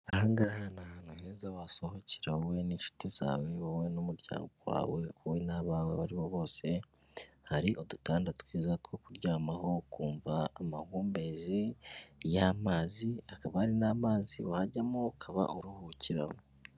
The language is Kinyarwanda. Aha ngaha ni ahantu heza wasohokera wowe n'inshuti zawe, wowe n'umuryango wawe, wowe n'abawe abo aribo bose. Hari udutanda twiza two kuryamaho ukumva amahumbezi y'amazi, hakaba hari n'amazi wajyamo ukaba uruhukiramo.